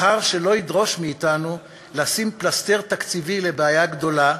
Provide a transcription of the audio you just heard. מחר שלא ידרוש מאתנו לשים פלסטר תקציבי על בעיה גדולה,